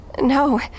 No